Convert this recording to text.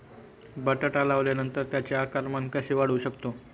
बटाटा लावल्यानंतर त्याचे आकारमान कसे वाढवू शकतो?